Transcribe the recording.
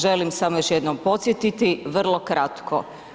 Želim samo još jednom podsjetiti, vrlo kratko.